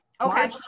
okay